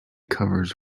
covers